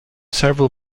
several